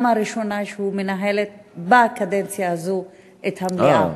הראשונה שהוא מנהל בקדנציה הזאת את המליאה?